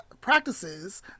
practices